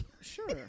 Sure